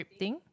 scripting